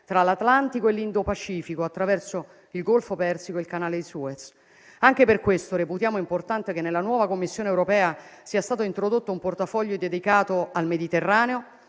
tra l'Atlantico e l'Indo-Pacifico, attraverso il Golfo Persico e il Canale di Suez. Anche per questo reputiamo importante che nella nuova Commissione europea sia stato introdotto un portafoglio dedicato al Mediterraneo